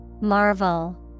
Marvel